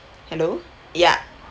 hello ya